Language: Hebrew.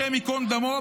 השם ייקום דמו,